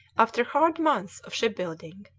after hard months of shipbuilding,